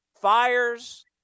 Fires